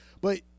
But-